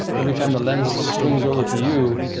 every time the lens swings over to you,